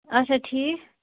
اَچھا ٹھیٖک